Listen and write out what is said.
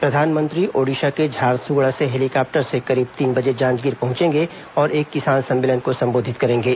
प्रधानमंत्री ओडिशा के झारसुगड़ा से हेलीकॉप्टर से करीब तीन बजे जांजगीर पहुंचेंगे और एक किसान सम्मेलन को संबोधित करेंगे